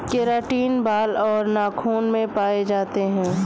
keratin बाल और नाखून में पाए जाते हैं